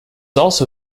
also